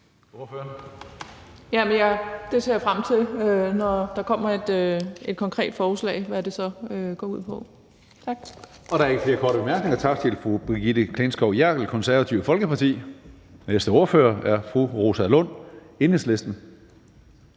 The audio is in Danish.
Jeg ser frem til at se, når der kommer et konkret forslag, hvad det så går ud på. Tak.